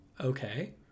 Okay